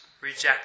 reject